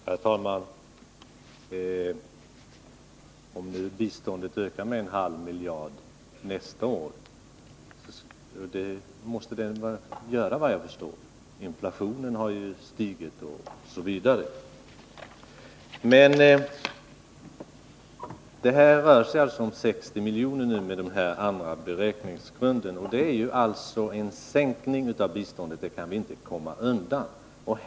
Herr talman! Såvitt jag förstår ökar biståndet nästa år med en halv miljard. Det måste det göra, eftersom inflationen har fortsatt osv. Men det rör sig här om en minskning av biståndet med 60 milj.kr. på grund av de ändrade beräkningsgrunderna. Det innebär en sänkning av biståndet — det kan vi inte komma ifrån.